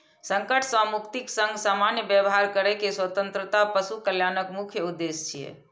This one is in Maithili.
संकट सं मुक्तिक संग सामान्य व्यवहार करै के स्वतंत्रता पशु कल्याणक मुख्य उद्देश्य छियै